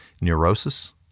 neurosis